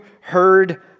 heard